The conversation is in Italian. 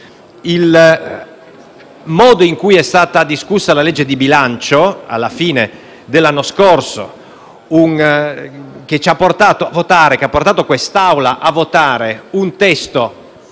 Il modo in cui è stata discussa la legge di bilancio alla fine dell'anno scorso, che ha portato quest'Assemblea a votare un testo